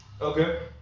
Okay